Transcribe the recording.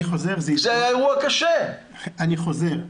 אני חוזר,